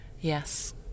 yes